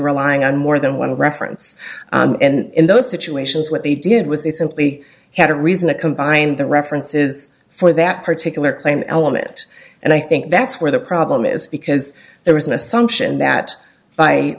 relying on more than one reference and in those situations what they did was they simply had a reason to combine the references for that particular claim element and i think that's where the problem is because there was an assumption that b